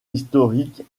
historique